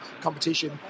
competition